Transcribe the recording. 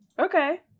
Okay